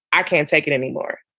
i can't take it anymore.